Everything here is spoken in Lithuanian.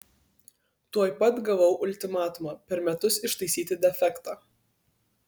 tuoj pat gavau ultimatumą per metus ištaisyti defektą